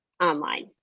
online